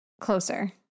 closer